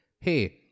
hey